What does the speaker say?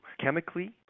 chemically